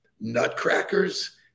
nutcrackers